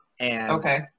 Okay